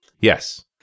Yes